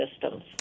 systems